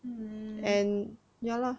mm